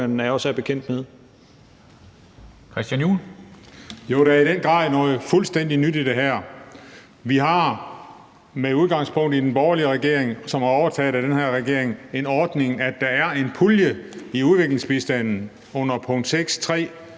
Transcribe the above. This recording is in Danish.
Juhl. Kl. 13:31 Christian Juhl (EL): Jo, der er i den grad noget fuldstændig nyt i det her. Vi har med udgangspunkt i den borgerlige regering en ordning, som er overtaget af den her regering, med en pulje i udviklingsbistanden under § 06.3.,